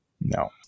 No